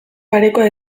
parekoa